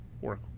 work